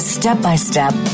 Step-by-step